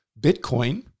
Bitcoin